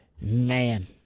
man